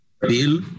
bill